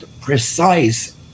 precise